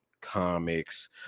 comics